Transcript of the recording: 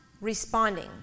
responding